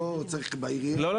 לא צריך בעירייה --- לא,